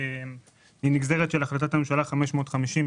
והיא נגזרת של החלטת ממשלה 550,